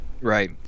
Right